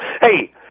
hey